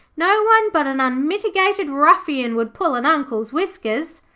no one but an unmitigated ruffian would pull an uncle's whiskers.